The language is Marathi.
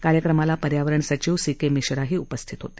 कार्यक्रमाला पर्यावरण सचिव सी के मिश्राही उपस्थित होते